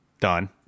Done